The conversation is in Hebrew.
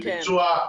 לביצוע,